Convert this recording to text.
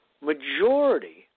majority